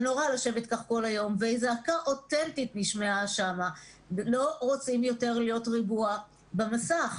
הם לא רוצים להיות ריבוע במסך.